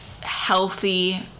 healthy